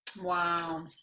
wow